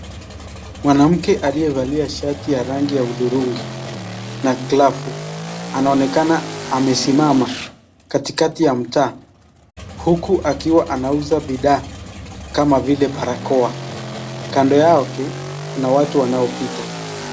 Mwanamke aliyevalia shati ya rangi ya hudhurungi na glavu anaonekana amesimama katikati ya mtaa, huku akiwa anauza bidhaa kama vile barakoa kando yake kuna watu wanaopita.